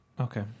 Okay